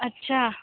अच्छा